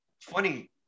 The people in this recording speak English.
funny